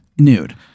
Nude